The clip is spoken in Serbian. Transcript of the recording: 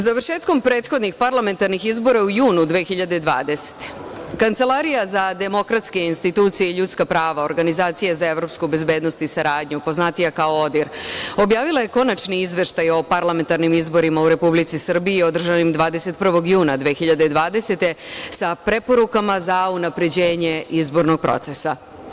Završetkom prethodnih parlamentarnih izbora u junu 2020. godine Kancelarija za demokratske institucije i ljudska prava, Organizacija za evropsku bezbednost i saradnju, poznatija kao ODIR, objavila je konačni Izveštaj o parlamentarnim izborima u Republici Srbiji održanim 21. juna 2020. godine, sa preporukama za unapređenje izbornog procesa.